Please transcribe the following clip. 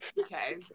Okay